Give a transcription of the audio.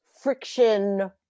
Friction